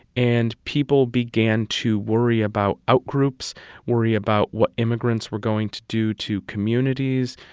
and people began to worry about out-groups worry about what immigrants were going to do to communities,